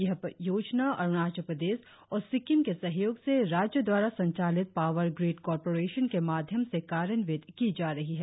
यह योजना अरुणाचल प्रदेश और सिक्किम के सहयोग से राज्य दवारा संचालित पावर ग्रिड कॉर्पोरेशन के माध्यम से कार्यान्वित की जा रही है